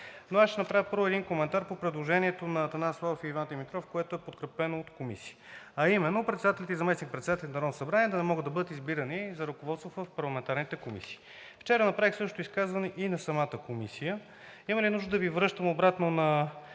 Но аз ще направя първо един коментар по предложението на Атанас Славов и Иван Димитров, което е подкрепено от Комисията, а именно: председателите и заместник-председателите на Народното събрание да не могат да бъдат избирани в ръководството на парламентарните комисии. Вчера направих същото изказване и на самата комисия. Има ли нужда да Ви връщам обратно на